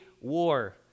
war